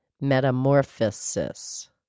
Metamorphosis